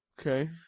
Okay